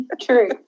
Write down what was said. True